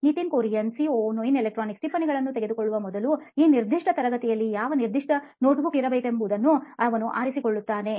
Nitin Kurian COO ನೋಯಿನ್ electronics ಟಿಪ್ಪಣಿಗಳನ್ನು ತೆಗೆದುಕೊಳ್ಳುವ ಮೊದಲು ಈ ನಿರ್ದಿಷ್ಟ ತರಗತಿಗಳಲ್ಲಿ ಯಾವ ನಿರ್ದಿಷ್ಟ ನೋಟ್ಬುಕ್ ಇರಬೇಕು ಎಂಬುದನ್ನು ಅವನು ಆರಿಸಿಕೊಳ್ಳುತ್ತಾನೆ